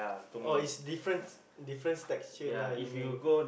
oh is difference difference texture lah you mean